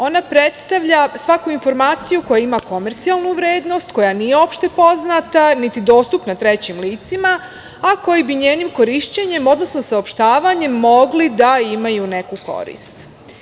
Ona predstavlja svaku informaciju koja ima komercijalnu vrednost, koja nije opštepoznata, niti dostupna trećim licima, a koji bi njenim korišćenjem, odnosno saopštavanjem mogli da imaju neku korist.